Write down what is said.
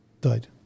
died